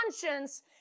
conscience